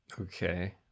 Okay